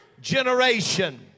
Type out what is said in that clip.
generation